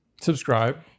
Subscribe